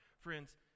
Friends